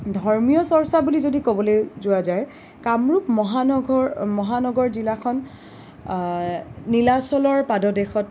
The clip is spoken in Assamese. ধৰ্মীয় চৰ্চা বুলি যদি ক'বলৈ যোৱা যায় কামৰূপ মহানগৰ মহানগৰ জিলাখন নীলাচলৰ পাদদেশত